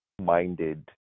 minded